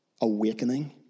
awakening